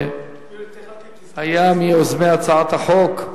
שהיה מיוזמי הצעת החוק.